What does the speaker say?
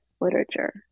literature